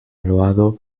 loado